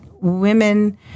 women